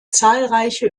zahlreiche